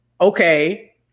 okay